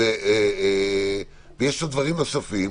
ויש עוד דברים נוספים.